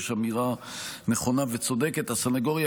הסנגוריה